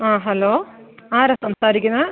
ആ ഹലോ ആരാ സംസാരിക്കുന്നത്